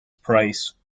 price